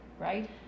Right